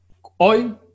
Hoy